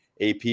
AP